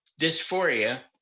dysphoria